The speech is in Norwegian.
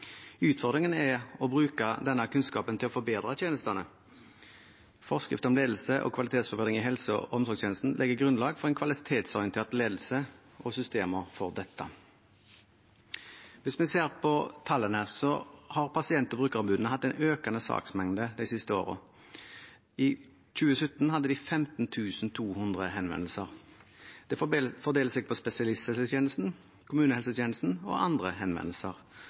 Utfordringen er å bruke denne kunnskapen til å forbedre tjenestene. Forskrift om ledelse og kvalitetsforbedring i helse- og omsorgstjenesten legger grunnlaget for en kvalitetsorientert ledelse og systemer for dette. Hvis vi ser på tallene, har pasient- og brukerombudene hatt en økende saksmengde de siste årene. I 2017 hadde de 15 200 henvendelser. Det fordeler seg på spesialisthelsetjenesten, kommunehelsetjenesten og andre henvendelser.